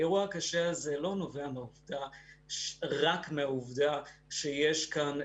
האירוע הקשה הזה לא נובע רק מהעובדה שיש כאן